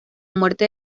muerte